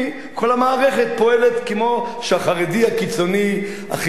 כל המערכת פועלת כמו שהחרדי הקיצוני החילוני,